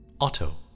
Otto